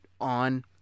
on